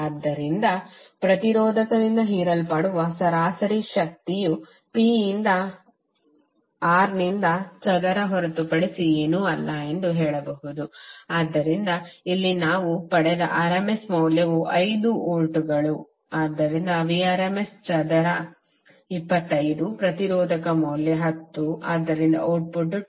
ಆದ್ದರಿಂದ ಪ್ರತಿರೋಧಕದಿಂದ ಹೀರಲ್ಪಡುವ ಸರಾಸರಿ ಶಕ್ತಿಯು P ಯಿಂದ R ನಿಂದ ಚದರ ಹೊರತುಪಡಿಸಿ ಏನೂ ಅಲ್ಲ ಎಂದು ಹೇಳಬಹುದು ಆದ್ದರಿಂದ ಇಲ್ಲಿ ನಾವು ಪಡೆದ rms ಮೌಲ್ಯವು 5 ವೋಲ್ಟ್ಗಳು ಆದ್ದರಿಂದ Vrms ಚದರ 25 ಪ್ರತಿರೋಧಕ ಮೌಲ್ಯ 10 ಆದ್ದರಿಂದ ಔಟ್ಪುಟ್ 2